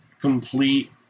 complete